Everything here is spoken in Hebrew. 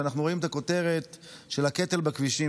שאנחנו רואים את הכותרת של הקטל בכבישים.